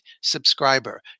subscriber